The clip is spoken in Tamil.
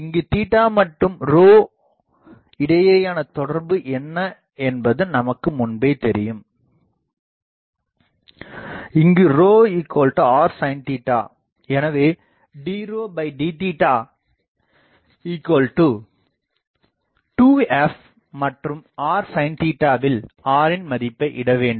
இங்கு மற்றும் இடையேயான தொடர்பு என்ன என்பது நமக்கு முன்பே தெரியும் இங்கு r sin எனவேdd2fமற்றும் rsin வில் r ன் மதிப்பை இடவேண்டும்